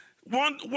One